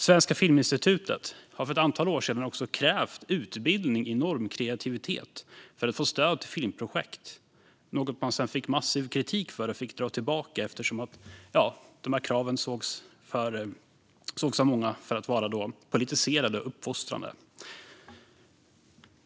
Svenska Filminstitutet krävde för ett antal år sedan utbildning i normkreativitet för att få stöd till filmprojekt, något man sedan fick massiv kritik för och fick dra tillbaka, eftersom de här kraven av många sågs som politiserade och uppfostrande.